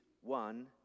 one